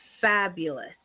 fabulous